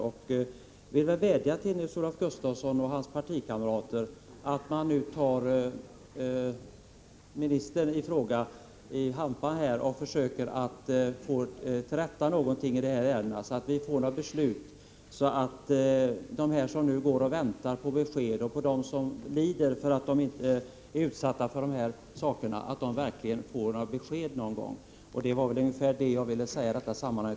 Jag vill vädja till Nils-Olof Gustafsson och hans partikamrater att de nu tar ministern i fråga i hampan och försöker få något gjort i detta ärende så att ett beslut kan fattas och så att de som väntar på besked och som lider för att de är utsatta för detta får ett besked någon gång. Det var vad jag ville säga i detta sammanhang.